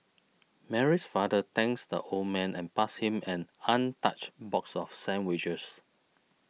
Mary's father thanks the old man and passed him an untouched box of sandwiches